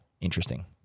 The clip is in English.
interesting